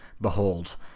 Behold